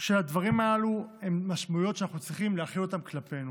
של הדברים הללו הן משמעויות שאנחנו צריכים להחיל אותן כלפינו,